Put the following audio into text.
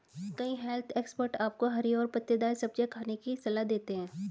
कई health expert आपको हरी और पत्तेदार सब्जियां खाने की सलाह देते हैं